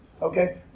Okay